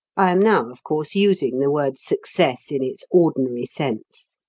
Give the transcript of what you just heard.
i am now, of course, using the word success in its ordinary sense.